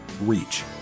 reach